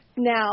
Now